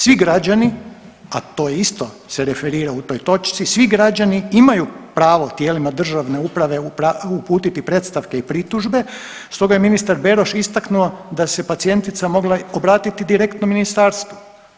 Svi građani, a to isto se referira u toj točci, svi građani imaju pravo tijelima državne uputiti predstavke i pritužbe stoga je ministar Beroš istaknuo da se pacijentica mogla obratiti direktno ministarstvu.